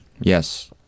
Yes